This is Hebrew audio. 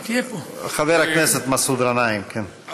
חבר הכנסת מסעוד גנאים, כן.